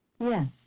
Yes